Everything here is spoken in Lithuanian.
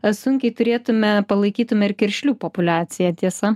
sunkiai turėtume palaikytume ir kiršlių populiaciją tiesa